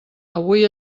avui